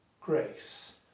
Grace